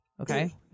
Okay